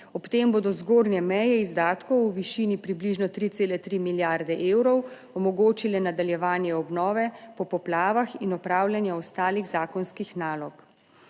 ob tem bodo zgornje meje izdatkov v višini približno 3,3 milijarde evrov omogočile nadaljevanje obnove po poplavah in opravljanja ostalih zakonskih nalog.